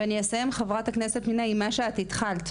ואני אסיים, חברת הכנסת פנינה, עם מה שאת התחלת.